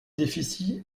déficits